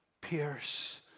pierce